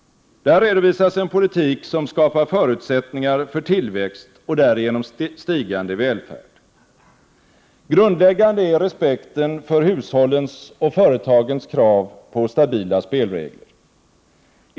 Där redovisas en politik som skapar förutsättningar för tillväxt och därigenom stigande välfärd. Grundläggande är respekten för hushållens och företagens krav på stabila spelregler.